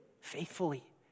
faithfully